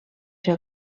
ser